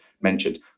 mentioned